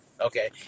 Okay